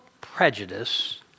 prejudice